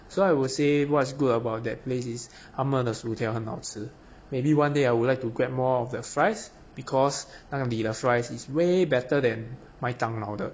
so I would say what's good about that place is 他们的薯条很好吃 maybe one day I would like to grab more of their fries because 那里的 fries is way better than 麦当劳的